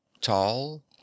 tall